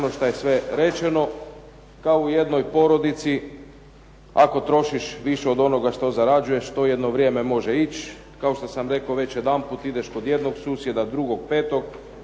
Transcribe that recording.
ono što je sve rečeno kao u jednoj porodici, ako trošiš više od onoga što zarađuješ to jedno vrijeme može ići. Kao što sam rekao već jedanput ideš kod jednog susjeda, drugog, petog